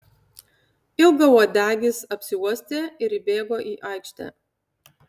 ilgauodegis apsiuostė ir įbėgo į aikštę